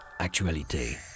actualité